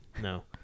No